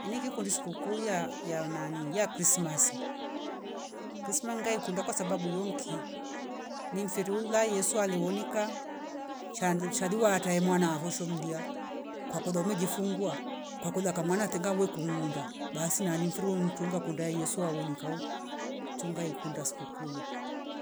Ini kundi skukuu ya- yanani ya krismasi krisma ngaikunda kwasabau yonki ni mferura yesu aliwonika chandu charuwaatae mwana vo shomdia kwakola umejifungua kwa kola ka mwana tenga wekunkunda basi nani mfirwe wunchunga kunda yesu awonika wo chunga ikunda skuku yo.